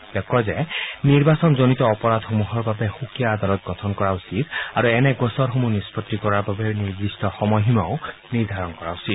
তেওঁ কয় যে নিৰ্বাচনজনিত অপৰাধসমূহৰ বাবে সুকীয়া আদালত গঠন কৰা উচিত আৰু এনে গোচৰসমূহ নিষ্পত্তি কৰাৰ বাবে নিৰ্দিষ্ট সময়সীমাও নিৰ্ধাৰণ কৰা উচিত